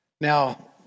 Now